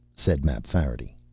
said mapfarity.